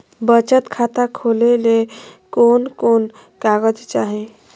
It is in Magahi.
बचत खाता खोले ले कोन कोन कागज चाही?